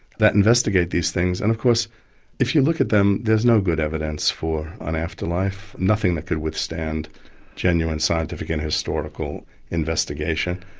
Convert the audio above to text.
that investigate these things. and of course if you look at them, there's no good evidence for an afterlife, nothing that would withstand genuine scientific and historical investigation.